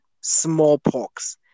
smallpox